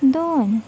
दोन